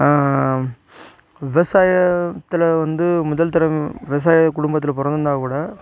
விவசாயத்தில் வந்து முதல் தடவை விவசாய குடும்பத்தில் பிறந்து இருந்தால் கூட